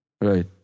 right